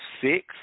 six